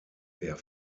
der